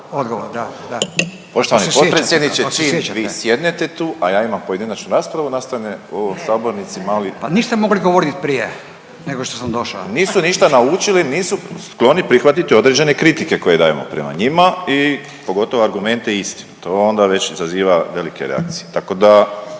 (HDZ)** Poštovani potpredsjedniče, čim vi sjednete tu, a ja imam pojedinačnu raspravu, nastane u ovom sabornici mali… .../Upadica: Niste mogli govoriti prije nego što sam došao?/... Nisu ništa naučili, nisu skloni prihvatiti određene kritike koje dajemo prema njima i pogotovo argumente istima. To onda već izaziva velike reakcije, tako da,